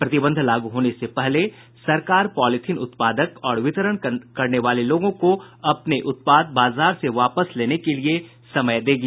प्रतिबंध लागू होने से पहले सरकार पॉलीथीन उत्पादक और वितरण करने वाले लोगों को अपने उत्पाद बाजार से वापस लेने के लिये समय देगी